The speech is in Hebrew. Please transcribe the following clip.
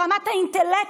ברמת האינטלקט,